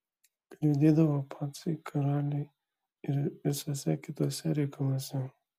kliudydavo pacai karaliui ir visuose kituose reikaluose